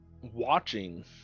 watching